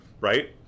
right